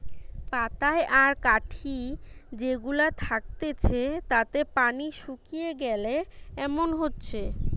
পাতায় আর কাঠি যে গুলা থাকতিছে তাতে পানি শুকিয়ে গিলে এমন হচ্ছে